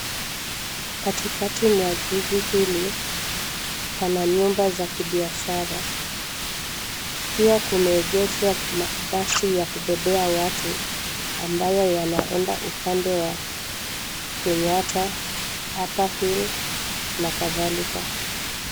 Katikati mwa jiji hili, Pana nyumba za kibiashara. Pia kumeengeshwa mabasi ya kubebea watu ambayo yanaenda upande wa Kenyatta, Upper hill na kadhalika.